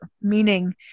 meaning